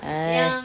ugh